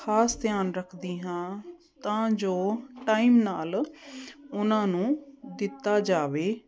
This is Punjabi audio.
ਖ਼ਾਸ ਧਿਆਨ ਰੱਖਦੀ ਹਾਂ ਤਾਂ ਜੋ ਟਾਈਮ ਨਾਲ ਉਹਨਾਂ ਨੂੰ ਦਿੱਤਾ ਜਾਵੇ